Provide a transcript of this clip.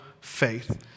faith